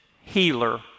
Healer